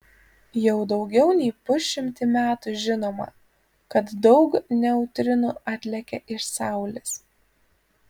jau daugiau nei pusšimtį metų žinoma kad daug neutrinų atlekia iš saulės